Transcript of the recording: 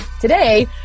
Today